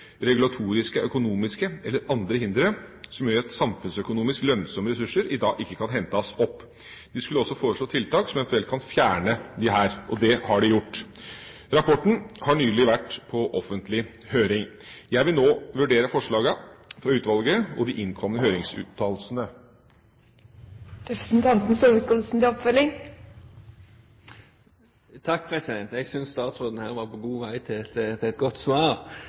regulatoriske, økonomiske eller andre hindre som gjør at samfunnsøkonomisk lønnsomme ressurser i dag ikke kan hentes opp. De skulle også foreslå tiltak som eventuelt kan fjerne disse. Det har de gjort. Rapporten har nylig vært på offentlig høring. Jeg vil nå vurdere forslagene fra utvalget og de innkomne høringsuttalelsene. Jeg synes statsråden her var på god vei til et godt svar,